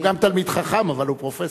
הוא גם תלמיד חכם, אבל הוא פרופסור.